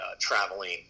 traveling